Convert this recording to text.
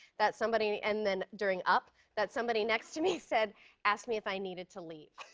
that somebody and then during up that somebody next to me said asked me if i needed to leave.